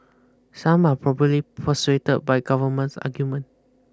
some are probably persuaded by government's argument